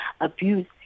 abuse